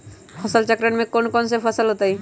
फसल चक्रण में कौन कौन फसल हो ताई?